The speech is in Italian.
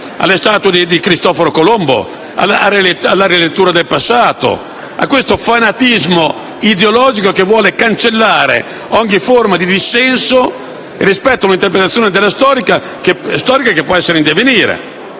alle statue di Cristoforo Colombo, alla rilettura del passato, a questo fanatismo ideologico che vuole cancellare ogni forma di dissenso rispetto a un'interpretazione storica che può essere in divenire,